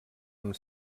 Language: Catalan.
amb